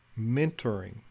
mentoring